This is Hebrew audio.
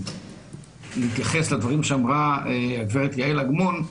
בהתייחס לדברים שאמרה הגברת יעל אגמון.